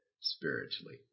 spiritually